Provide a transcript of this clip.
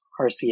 RCA